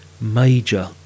major